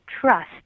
trust